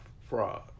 fraud